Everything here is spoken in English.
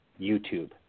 YouTube